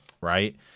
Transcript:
right